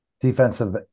defensive